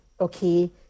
Okay